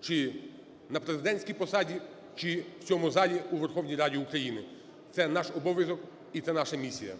чи на президентській посаді, чи в цьому залі, у Верховній Раді України. Це наш обов'язок і це наша місія.